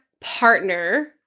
partner